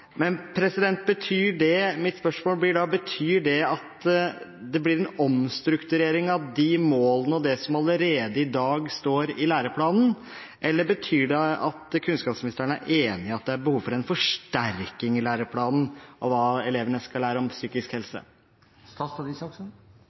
Mitt spørsmål blir da: Betyr det at det blir en omstrukturering av de målene og det som allerede i dag står i læreplanen, eller betyr det at kunnskapsministeren er enig i at det er behov for en forsterking i læreplanen av hva elevene skal lære om psykisk